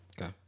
Okay